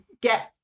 get